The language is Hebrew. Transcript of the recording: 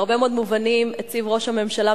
בהרבה מאוד מובנים הציב ראש הממשלה